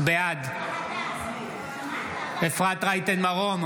בעד אפרת רייטן מרום,